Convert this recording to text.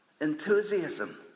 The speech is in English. Enthusiasm